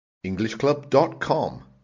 EnglishClub.com